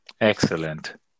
Excellent